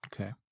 Okay